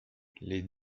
les